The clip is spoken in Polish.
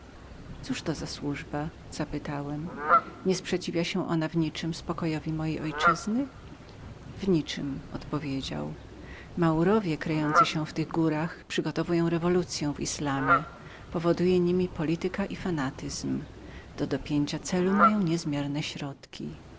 cóż to za służba zapytałem niesprzeciwiaż się ona w niczem spokojności mojej ojczyzny w niczem odpowiedział maurowie kryjący się w tych górach przygotowują rewolucyę w islamizmie polityka i fanatyzm niemi powodują do dopięcia celu mają niezmierne środki